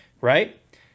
Right